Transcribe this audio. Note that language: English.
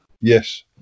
Yes